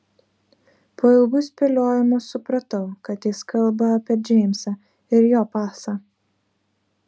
po ilgų spėliojimų supratau kad jis kalba apie džeimsą ir jo pasą